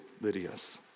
Lydia's